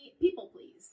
people-please